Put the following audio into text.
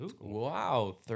Wow